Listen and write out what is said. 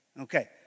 Okay